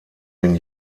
den